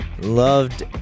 loved